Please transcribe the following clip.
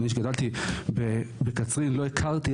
אני שגדלתי בקצרין לא הכרתי,